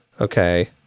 Okay